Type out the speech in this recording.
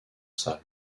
salles